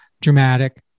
dramatic